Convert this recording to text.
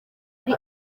ari